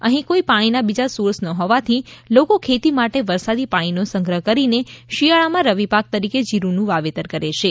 અહીં કોઇ પાણીના બીજા સોર્સ ન હોવાથી લોકો ખેતી માટે વરસાદી પાણીનો સંગ્રહ કરીને શિયાળામાં રવિપાક તરીકે જીરૂના વાવેતર કરેછે